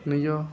ନିଜ